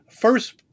first